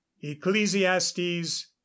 Ecclesiastes